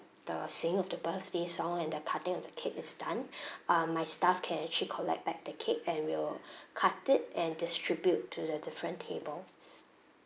the singing of the birthday song and the cutting of the cake is done uh my staff can actually collect back the cake and we'll cut it and distribute to the different tables